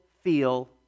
feel